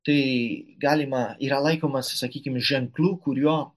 tai galima yra laikomas sakykim ženklu kuriuo